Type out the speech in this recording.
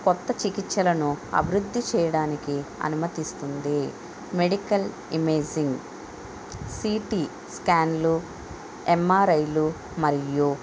కొత్త చికిత్సలను అభృద్ధి చేయడానికి అనుమతిస్తుంది మెడికల్ ఇమేజింగ్ సీటీ స్కాన్లు ఎంఆర్ఐలు మరియు